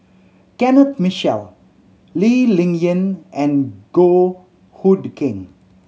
Kenneth Mitchell Lee Ling Yen and Goh Hood Keng